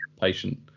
patient